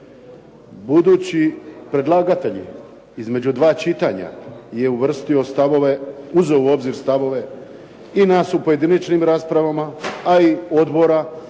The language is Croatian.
Budući predlagatelj između dva čitanja je uvrstio stavove, uzeo u obzir stavove i nas u pojedinačnim raspravama a i odbora